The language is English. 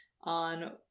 on